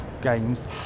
games